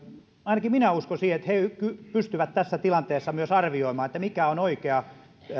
ainakin minä uskon siihen että he pystyvät tässä tilanteessa myös arvioimaan mikä on oikea